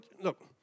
look